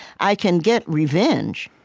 i can get revenge,